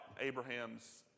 Abraham's